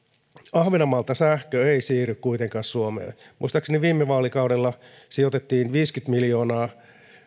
ahvenanmaalta sähkö ei siirry kuitenkaan suomeen muistaakseni viime vaalikaudella sijoitettiin viisikymmentä miljoonaa